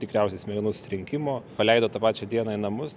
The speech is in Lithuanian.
tikriausiai smegenų sutrenkimo paleido tą pačią dieną į namus